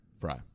Fry